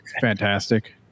fantastic